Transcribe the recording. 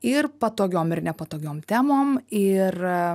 ir patogiom ir nepatogiom temom ir